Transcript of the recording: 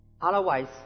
Otherwise